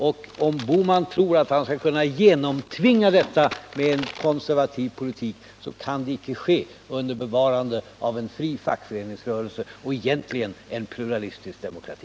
Om herr Bohman tror att han skall kunna tvinga igenom detta med en konservativ politik, så kan det icke ske med bevarande av en fri fackföreningsrörelse och egentligen inte heller med bevarande av en pluralistisk demokrati.